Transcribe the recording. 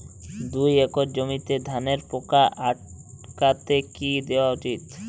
দুই একর জমিতে ধানের পোকা আটকাতে কি দেওয়া উচিৎ?